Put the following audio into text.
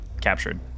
captured